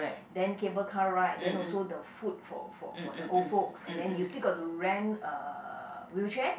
then cable car ride then also the food for for for the old folks and then you still got to rent uh wheelchair